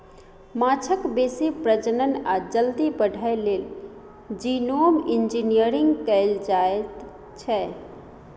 माछक बेसी प्रजनन आ जल्दी बढ़य लेल जीनोम इंजिनियरिंग कएल जाएत छै